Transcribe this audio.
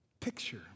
Picture